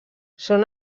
són